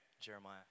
Jeremiah